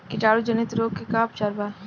कीटाणु जनित रोग के का उपचार बा?